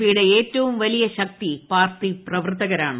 പിയുടെ ഏറ്റവും വലിയ ശക്തി പാർട്ടി പ്രവർത്തകരാണ്